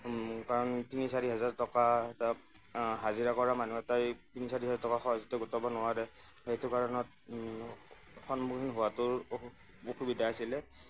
কাৰণ তিনি চাৰি হাজাৰ টকা এটা হাজিৰা কৰা মানুহ এটাইএই তিনি চাৰি হাজাৰ টকা সহজতে গোটাব নোৱাৰে সেইটো কাৰণত সন্মুখীন হোৱাটো অসু অসুবিধা আছিলে